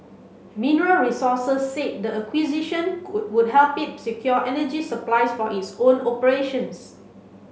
Mineral Resources said the acquisition would help it secure energy supplies for its own operations